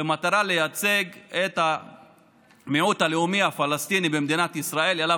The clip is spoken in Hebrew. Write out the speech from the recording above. במטרה לייצג את המיעוט הלאומי הפלסטיני במדינת ישראל שאליו